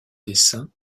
dessin